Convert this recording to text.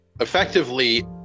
effectively